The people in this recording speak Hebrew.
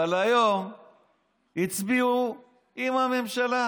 אבל היום הצביעו עם הממשלה,